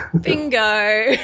Bingo